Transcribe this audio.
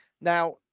Now